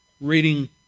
reading